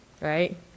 right